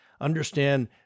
understand